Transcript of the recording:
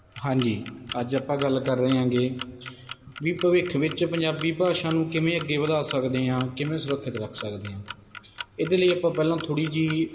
ਹਾਂਜੀ ਅੱਜ ਆਪਾਂ ਗੱਲ ਕਰ ਰਹੇ ਹੈਗੇ ਵੀ ਭਵਿੱਖ ਵਿੱਚ ਪੰਜਾਬੀ ਭਾਸ਼ਾ ਨੂੰ ਕਿਵੇਂ ਅੱਗੇ ਵਧਾ ਸਕਦੇ ਹਾਂ ਕਿਵੇਂ ਸੁਰੱਖਿਅਤ ਰੱਖ ਸਕਦੇ ਹਾਂ ਇਹਦੇ ਲਈ ਆਪਾਂ ਪਹਿਲਾਂ ਥੋੜ੍ਹੀ ਜਿਹੀ